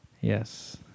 yes